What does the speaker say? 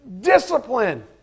discipline